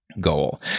goal